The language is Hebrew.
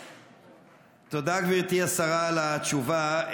תודה, גברתי השרה, על התשובה.